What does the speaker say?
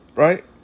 Right